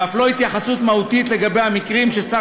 ואף לא התייחסות מהותית לגבי המקרים ששר